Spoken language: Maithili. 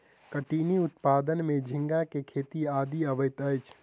कठिनी उत्पादन में झींगा के खेती आदि अबैत अछि